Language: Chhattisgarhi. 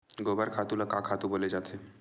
गोबर खातु ल का खातु बोले जाथे?